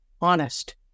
honest